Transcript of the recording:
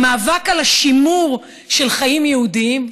במאבק על השימור של חיים יהודיים,